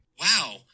Wow